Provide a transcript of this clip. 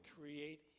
create